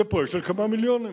זה פרויקט של כמה מיליונים.